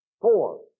Four